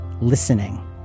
listening